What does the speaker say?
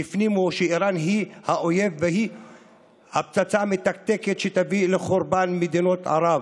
שהפנים שאיראן היא האויב והיא הפצצה המתקתקת שתביא לחורבן מדינות ערב.